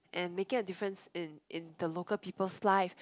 and making the difference in in the local people lives